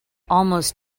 almost